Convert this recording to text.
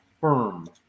firm